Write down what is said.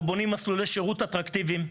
אנחנו בונים מסלולי שירות אטרקטיביים,